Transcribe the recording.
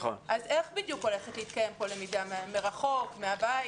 איך בדיוק הולכת להתקיים פה למידה מרחוק, מן הבית?